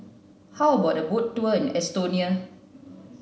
how about a boat tour in Estonia